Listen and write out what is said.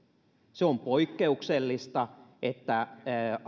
se on poikkeuksellista että